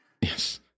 Yes